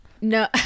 No